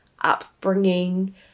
upbringing